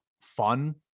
fun